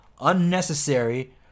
unnecessary